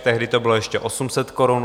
Tehdy to bylo ještě 800 korun.